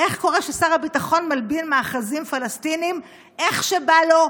איך קורה ששר הביטחון מלבין מאחזים פלסטיניים איך שבא לו,